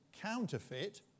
counterfeit